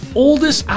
oldest